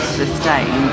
sustain